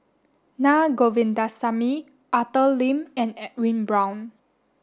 Na Govindasamy Arthur Lim and Edwin Brown